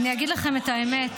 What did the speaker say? אני אגיד לכם את האמת,